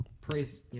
Praise